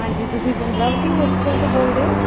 ਹਾਂਜੀ ਤੁਸੀਂ ਚੰਦਰਾਵਤੀ ਹੋਸਪਿਟਲ ਤੋਂ ਬੋਲਦੇ ਹੋ